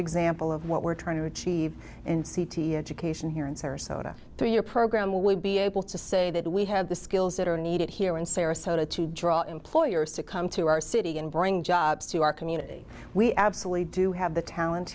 example of what we're trying to achieve in c t education here in sarasota to your program will we be able to say that we have the skills that are needed here in sarasota to draw employers to come to our city and bring jobs to our community we absolutely do have the talent